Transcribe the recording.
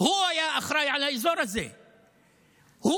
היה אחראי לאזורים האלה.